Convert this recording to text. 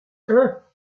hein